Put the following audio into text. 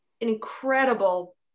incredible